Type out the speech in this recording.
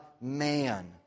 man